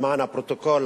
למען הפרוטוקול,